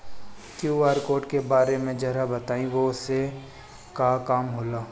QR code के बारे में जरा बताई वो से का काम होला?